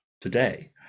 today